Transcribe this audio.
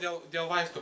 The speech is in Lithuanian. dėl dėl vaistų